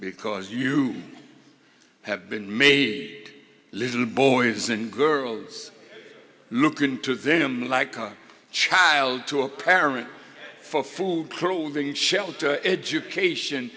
because you have been made little boys and girls look into them like a child to a parent for food clothing shelter education